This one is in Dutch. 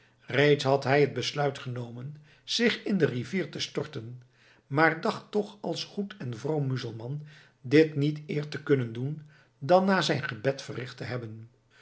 reeds had hij het besluit genomen zich in de rivier te storten maar dacht toch als goed en vroom muzelman dit niet eer te kunnen doen dan na zijn gebed verricht te hebben